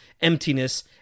emptiness